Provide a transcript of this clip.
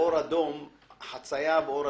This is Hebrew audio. משרד התחבורה, אני יכול לומר לחוה --- שמה?